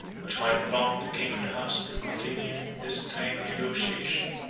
which might prompt the king of the huns to continue this train of negotiation,